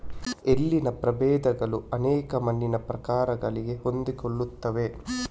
ಎಳ್ಳಿನ ಪ್ರಭೇದಗಳು ಅನೇಕ ಮಣ್ಣಿನ ಪ್ರಕಾರಗಳಿಗೆ ಹೊಂದಿಕೊಳ್ಳುತ್ತವೆ